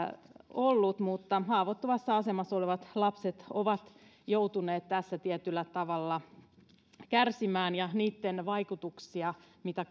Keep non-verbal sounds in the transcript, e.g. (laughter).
ollut mutta haavoittuvassa asemassa olevat lapset ovat joutuneet tässä tietyllä tavalla kärsimään ja niitä vaikutuksia mitä (unintelligible)